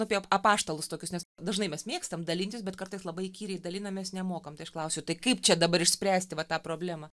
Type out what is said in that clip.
apie apaštalus tokius nes dažnai mes mėgstam dalintis bet kartais labai įkyriai dalinamės nemokam tai aš klausiu kaip čia dabar išspręsti va tą problemą